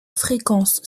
fréquence